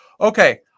Okay